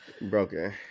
Broken